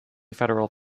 federal